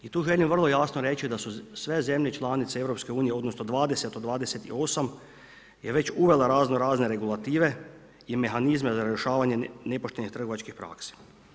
I tu želim vrlo jasno reći da su sve zemlje članice EU, odnosno 20 od 28 je već uvela razno razne regulative i mehanizme za rješavanje nepoštenih trgovačkih praksa.